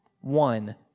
One